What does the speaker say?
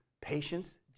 patience